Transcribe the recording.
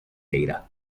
data